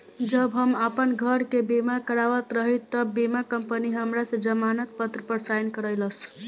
जब हम आपन घर के बीमा करावत रही तब बीमा कंपनी हमरा से जमानत पत्र पर साइन करइलस